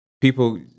people